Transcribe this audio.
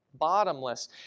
bottomless